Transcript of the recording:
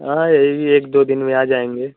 हाँ यही एक दो दिन में आ जाएँगे